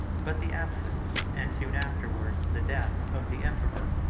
but the absence, and, soon afterwards, the death, of the emperor,